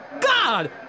God